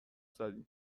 زدید